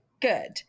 good